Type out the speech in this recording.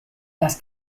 las